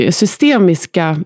systemiska